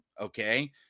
Okay